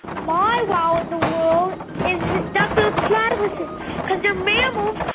my wow in the world is duck-billed platypuses because they're mammals,